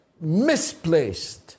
Misplaced